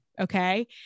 Okay